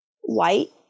white